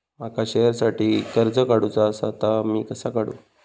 माका शेअरसाठी कर्ज काढूचा असा ता मी कसा काढू?